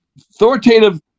authoritative